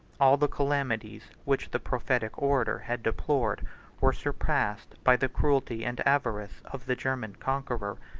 all the calamities which the prophetic orator had deplored were surpassed by the cruelty and avarice of the german conqueror.